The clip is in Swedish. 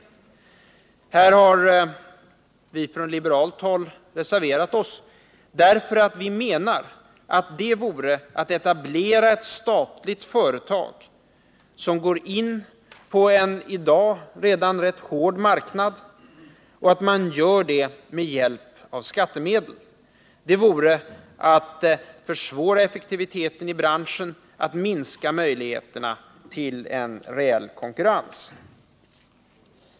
Här har vi från liberalt håll reserverat oss därför att vi menar att det vore orätt att etablera ett statligt företag, som går in på en i dag redan rätt hård marknad, och göra det med hjälp av skattemedel. Det vore att försämra effektiviteten i branschen, att minska möjligheterna till en reell konkurrens.